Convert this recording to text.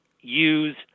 use